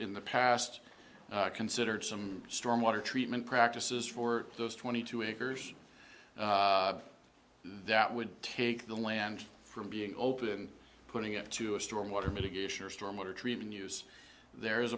in the past considered some storm water treatment practices for those twenty two acres that would take the land from being open putting it to a storm water mitigation or storm water treating use there is